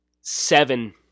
seven